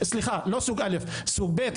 סליחה לא סוג א' סוג ב',